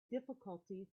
difficulties